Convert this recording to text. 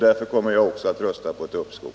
Därför kommer jag alltså att rösta för ett uppskov.